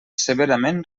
severament